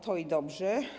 To i dobrze.